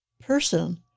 person